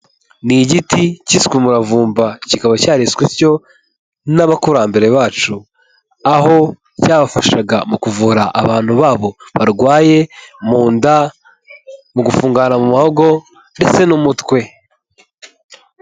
Ni igiti cyiswe umuravumba, kikaba cyariswe utyo n'abakurambere bacu. Aho cyabafashaga mu kuvura abantu babo barwaye mu nda, mu gufungana mu muhogo ndetse n'umutwe.